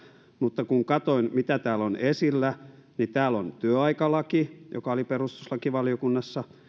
mutta kun katsoin mitä täällä on esillä niin täällä on työaikalaki joka oli perustuslakivaliokunnassa